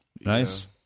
Nice